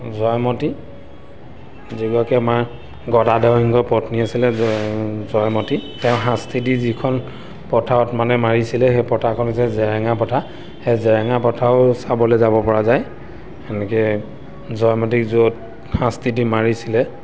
জয়মতী যিগৰাকী আমাৰ গদাধৰ সিংহৰ পত্নী আছিলে জ জয়মতী তেওঁক শাস্তি দি যিখন পথাৰত মানে মাৰিছিলে সেই পথাৰখন হৈছে জেৰেঙা পথাৰ সেই জেৰেঙা পথাৰো চাবল যাব পৰা যায় এনেকৈ জয়মতীক য'ত শাস্তি দি মাৰিছিলে